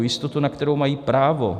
Jistotu, na kterou mají právo.